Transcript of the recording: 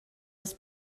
das